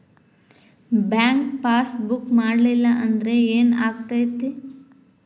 Bank passbook ಮಾಡಲಿಲ್ಲ ಅಂದ್ರೆ ಏನ್ ಆಗ್ತೈತಿ?